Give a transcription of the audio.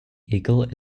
eagle